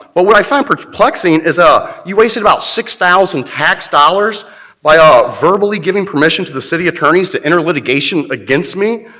but what i found perplexing is ah you wasted six thousand tax dollars by ah verbally giving permission to the city attorneys to enter litigation against me,